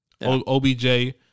OBJ